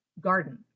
garden